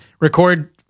record